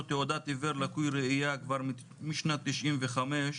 תעודת עיוור לקוי ראייה כבר משנת 95'